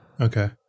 Okay